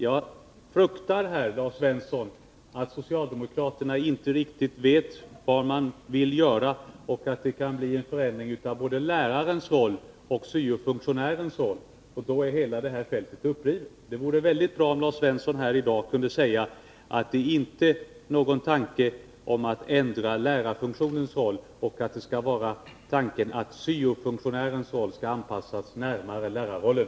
Jag fruktar, Lars Svensson, att socialdemokraterna inte riktigt vet vad man vill göra, och då kan det bli en förändring av både lärarens roll och syo-funktionärens roll. I så fall är hela fältet upprivet. Det vore bra om Lars Svensson i dag kunde säga att man inte har någon tanke på att förändra lärarfunktionens roll, utan tanken är att syo-funktionen skall anpassas till lärarrollen.